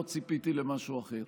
לא ציפיתי למשהו אחר.